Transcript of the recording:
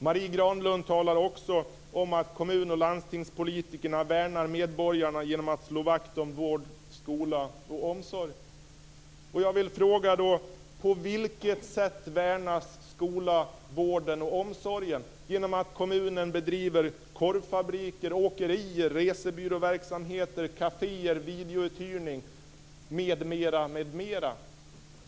Marie Granlund säger att kommun och landstingspolitikerna värnar medborgarna genom att slå vakt om vården, skolan och omsorgen. På vilket sätt värnas vården, skolan och omsorgen genom att kommunen driver korvfabriker, åkerier, resebyråverksamhet och kaféer eller sysslar med videouthyrning m.m.?